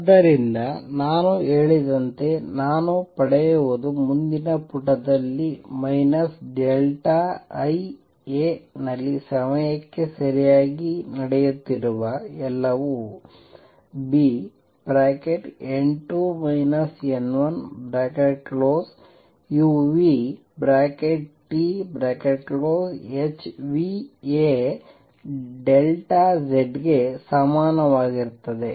ಆದ್ದರಿಂದ ನಾನು ಹೇಳಿದಂತೆ ನಾನು ಪಡೆಯುವುದು ಮುಂದಿನ ಪುಟದಲ್ಲಿ I a ನಲ್ಲಿ ಸಮಯಕ್ಕೆ ಸರಿಯಾಗಿ ನಡೆಯುತ್ತಿರುವ ಎಲ್ಲವು Bn2 n1uThνaZ ಗೆ ಸಮಾನವಾಗಿರುತ್ತದೆ